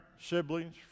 siblings